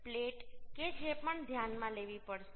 plate કે જે પણ ધ્યાનમાં લેવી પડશે